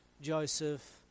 Joseph